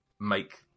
make